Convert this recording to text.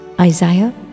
Isaiah